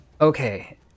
Okay